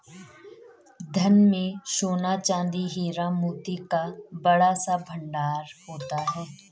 धन में सोना, चांदी, हीरा, मोती का बड़ा सा भंडार होता था